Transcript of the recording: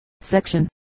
Section